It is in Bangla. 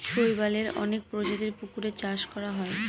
শৈবালের অনেক প্রজাতির পুকুরে চাষ করা হয়